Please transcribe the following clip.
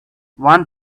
want